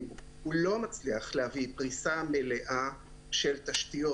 הוא לא מצליח להביא פריסה מלאה של תשתיות,